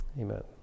amen